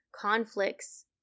conflicts